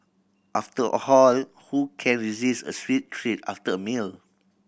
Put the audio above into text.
after all whole who can resist a sweet treat after a meal